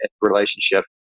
relationship